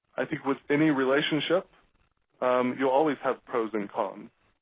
i think, with any relationship you always have pros and cons.